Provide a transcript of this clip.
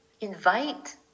invite